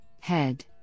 head